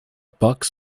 box